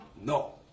No